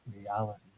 reality